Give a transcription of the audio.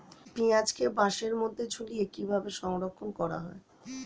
পেঁয়াজকে বাসের মধ্যে ঝুলিয়ে কিভাবে সংরক্ষণ করা হয়?